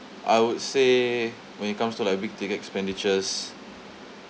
I would say when it comes to like big ticket expenditures